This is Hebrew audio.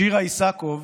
שירה איסקוב